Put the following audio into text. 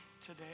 today